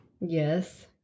Yes